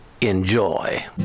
Enjoy